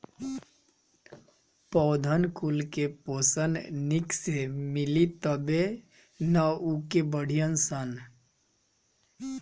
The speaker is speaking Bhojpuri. पौधन कुल के पोषन निक से मिली तबे नअ उ के बढ़ीयन सन